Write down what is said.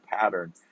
pattern